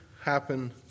happen